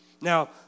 Now